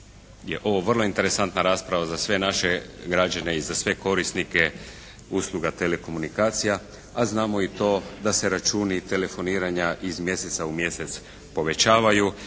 ovo vrlo interesantna rasprava za sve naše građane i za sve korisnike usluga telekomunikacija, a znamo i to da se računi telefoniranja iz mjeseca u mjesec povećavaju